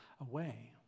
away